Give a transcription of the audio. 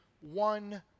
one